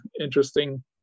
interesting